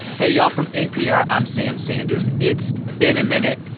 hey, y'all. from npr, i'm sam sanders. it's been a minute.